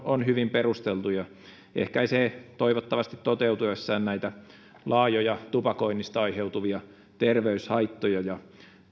on hyvin perusteltu ja ehkäisee toivottavasti toteutuessaan näitä laajoja tupakoinnista aiheutuvia terveyshaittoja ja